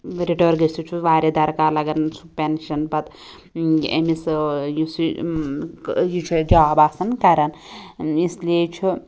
رِٹٲر گٔژھِتھ چھُ واریاہ درکار لگان سُہ پیٚنشَن پَتہٕ أمس ٲں یُس یہِ یہِ چھُ اَتہِ جاب آسان کران ٲں اس لیے چھُ